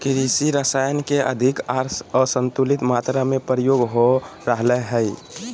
कृषि रसायन के अधिक आर असंतुलित मात्रा में प्रयोग हो रहल हइ